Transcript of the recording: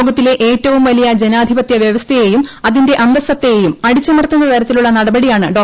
ലോകത്തിലെ ഏറ്റവും വലിയ ജനാധിപതൃ വൃവസ്ഥയെയും അതിന്റെ അന്തസത്തയേയും അടിച്ചമർത്തുന്ന തരത്തിലുളള നടപടിയാണ് ഡോ